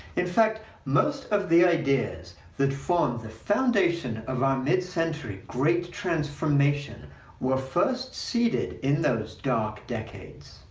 in fact, most of the ideas that form the foundation of our mid-century great transformation were first seeded in those dark decades.